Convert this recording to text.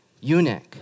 eunuch